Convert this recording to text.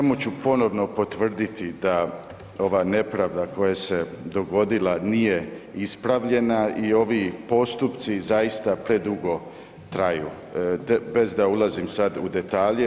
Samo ću ponovno potvrditi da ova nepravda koja se dogodila nije ispravljena i ovi postupci zaista predugo traju bez da ulazim sad u detalje.